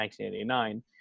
1989